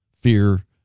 fear